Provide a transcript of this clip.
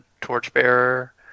torchbearer